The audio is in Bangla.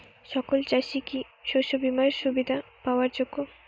সকল চাষি কি শস্য বিমার সুবিধা পাওয়ার যোগ্য?